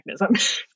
mechanism